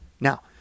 Now